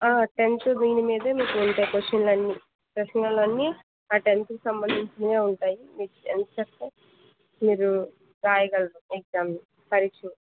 tenth దీని మీద మీకు ఉంటాయి క్వశ్చన్లు అన్నీ ప్రశ్నలు అన్నీ టెన్త్కు సంబంధించినవి ఉంటాయి మీరు ఎంచకా మీరు రాయగలరు ఎగ్జామ్ని పరీక్షని